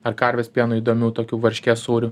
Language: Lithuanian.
ar karvės pieno įdomių tokių varškės sūrių